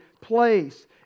place